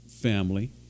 family